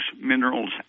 minerals